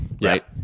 right